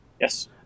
Yes